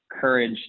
courage